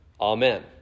amen